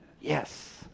Yes